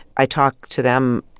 i talk to them.